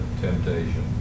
temptation